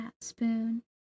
spoon